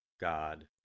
God